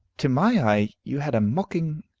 to my eye, you had a mocking,